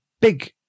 big